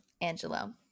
Angelo